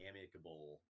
amicable